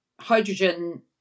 Hydrogen